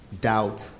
doubt